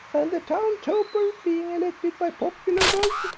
and the town toper, being elected by popular vote,